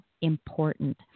important